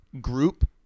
group